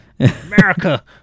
America